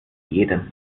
jedem